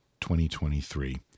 2023